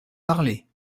parlé